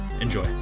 Enjoy